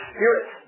Spirit